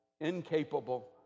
incapable